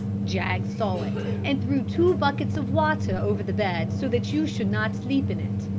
jaggs saw it and threw two buckets of water over the bed, so that you should not sleep in it.